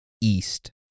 east